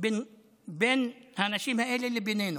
בין האנשים האלה לבינינו.